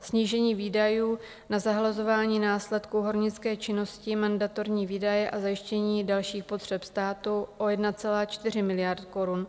Snížení výdajů na zahlazování následků hornické činnosti, mandatorní výdaje a zajištění dalších potřeb státu o 1,4 miliardy korun.